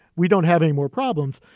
we don't have any more problems.